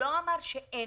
אמר והוא יוכל להרחיב,